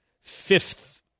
fifth